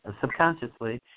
subconsciously